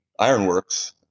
Ironworks